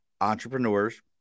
Entrepreneurs